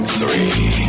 three